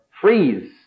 freeze